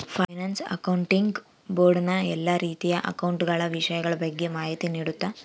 finance accounting board ನ ಎಲ್ಲಾ ರೀತಿಯ ಅಕೌಂಟ ಗಳ ವಿಷಯಗಳ ಬಗ್ಗೆ ಮಾಹಿತಿ ನೀಡುತ್ತ